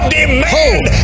demand